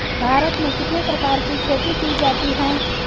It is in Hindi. भारत में कितने प्रकार की खेती की जाती हैं?